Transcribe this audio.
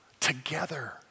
Together